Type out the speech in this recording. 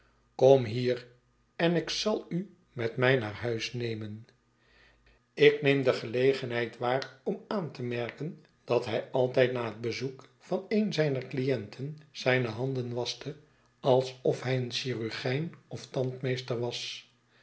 kom hier en ik zal u met mij naar huis nemen ik neem deze gelegenheid waar om aan te merken dat hij altijd na het bezoek van een zijner clienten zijne handen waschte alsof hy een chirurgijn of tandmeester was